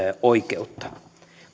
oikeutta